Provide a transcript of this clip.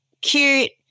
cute